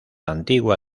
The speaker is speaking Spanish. antigua